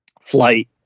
flight